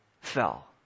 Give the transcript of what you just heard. fell